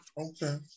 Okay